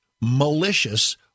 malicious